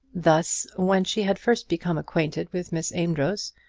thus, when she had first become acquainted with miss amedroz,